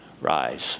rise